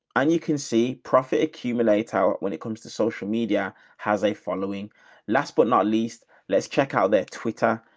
and you can see profit accumulator when it comes to social media has a following last but not least let's check out their twitter.